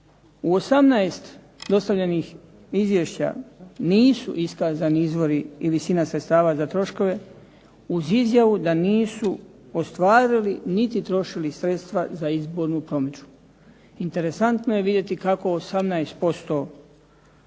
U 18 dostavljenih izvješća nisu iskazani izvori i visina sredstava za troškove uz izjavu da nisu ostvarili niti trošili sredstva za izbornu promidžbu. Interesantno je vidjeti kako 18%